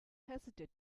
hesitate